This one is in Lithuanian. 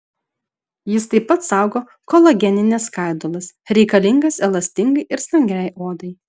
jis taip pat saugo kolagenines skaidulas reikalingas elastingai ir stangriai odai